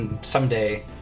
someday